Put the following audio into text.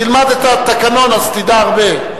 תלמד את התקנון אז תדע הרבה.